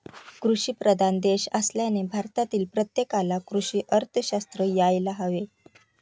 कृषीप्रधान देश असल्याने भारतातील प्रत्येकाला कृषी अर्थशास्त्र यायला हवे